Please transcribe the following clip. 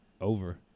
over